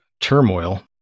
turmoil